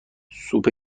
سوپ